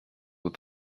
with